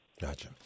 Gotcha